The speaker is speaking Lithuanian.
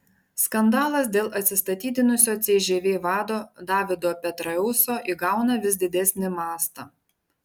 skandalas dėl atsistatydinusio cžv vado davido petraeuso įgauna vis didesnį mastą